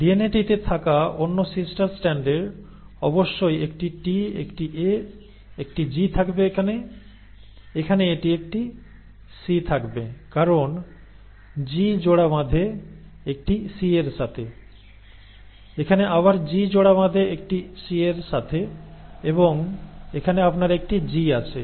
ডিএনএতে থাকা অন্য সিস্টার স্ট্র্যান্ডের অবশ্যই একটি T একটি A একটি G থাকবে এখানে এখানে এটি একটি C থাকবে কারণ G জোড়া বাঁধে একটি C এর সাথে এখানে আবার G জোড়া বাঁধে একটি C এর সাথে এবং এখানে আপনার একটি G আছে